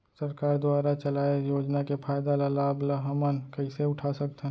सरकार दुवारा चलाये योजना के फायदा ल लाभ ल हमन कइसे उठा सकथन?